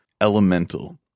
elemental